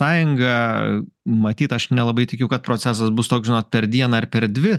sąjungą matyt aš nelabai tikiu kad procesas bus toks per dieną ar per dvi